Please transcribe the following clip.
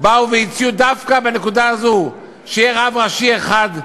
באו והציעו דווקא בנקודה הזו שיהיה רב ראשי אחד,